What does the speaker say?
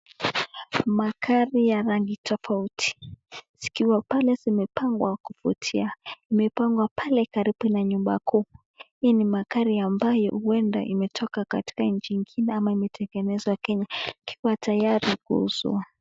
Magari ya rangi tofauti zikiwa pale zimepangwa kuvutia. Imepangwa pale karibu na nyumba kuu. Hii ni magari ambayo ueda imetoka katika nchi ingine ama imetegenezwa Kenya ikiwa tayari kuuzwa.